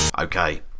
Okay